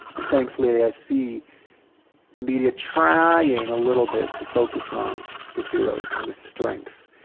and thankfully i see the media trying a little bit to focus on the heroes and the strength.